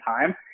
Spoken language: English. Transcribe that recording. time